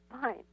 Fine